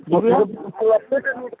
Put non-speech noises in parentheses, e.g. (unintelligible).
(unintelligible)